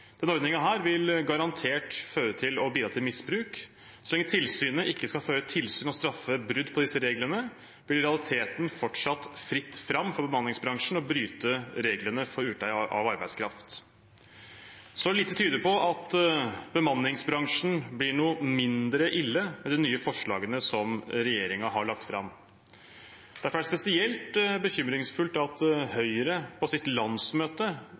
vil garantert bidra til misbruk. Så lenge tilsynet ikke skal føre tilsyn og straffe brudd på disse reglene, blir det i realiteten fortsatt fritt fram for bemanningsbransjen til å bryte reglene for utleie av arbeidskraft. Så lite tyder på at bemanningsbransjen blir noe mindre ille med de nye forslagene som regjeringen har lagt fram. Derfor er det spesielt bekymringsfullt at Høyre på sitt landsmøte